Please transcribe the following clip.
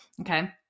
okay